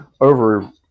over